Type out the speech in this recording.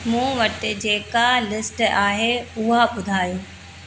मूं वटि जेका लिस्ट आहे उहा ॿुधायो